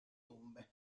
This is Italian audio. tombe